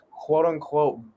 quote-unquote